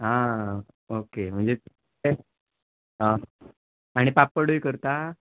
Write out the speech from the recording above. आं ओके म्हणजे ते आनी पापडूय करतां